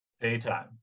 Daytime